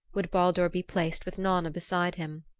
would baldur be placed with nanna beside him.